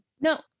No